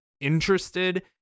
interested